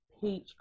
peach